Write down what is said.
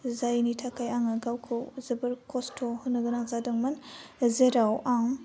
जायनि थाखाय आङो गावखौ जोबोर खस्थ' होनो गोनां जादोंमोन जेराव आं